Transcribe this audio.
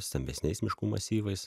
stambesniais miškų masyvais